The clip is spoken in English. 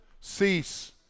Cease